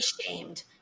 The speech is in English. shamed